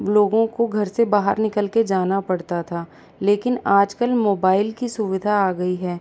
लोगों को घर से बाहर निकल के जाना पड़ता था लेकिन आज कल मोबाइल की सुविधा आ गई है